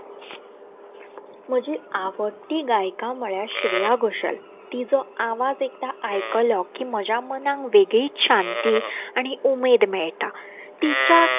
म्हजी आवडटी गायिका म्हळ्यार श्रेया घोशल तिजो आवाज एकदां आयकलो की म्हज्या मनाक वेगळीच शांती आनी उमेद मेळटा तिच्या